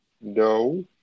no